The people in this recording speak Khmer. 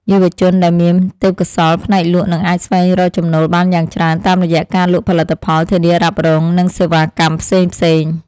យុវជនដែលមានទេពកោសល្យផ្នែកលក់នឹងអាចស្វែងរកចំណូលបានយ៉ាងច្រើនតាមរយៈការលក់ផលិតផលធានារ៉ាប់រងនិងសេវាកម្មផ្សេងៗ។